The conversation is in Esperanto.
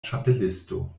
ĉapelisto